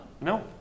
No